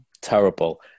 terrible